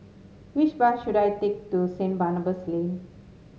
which bus should I take to Saint Barnabas Lane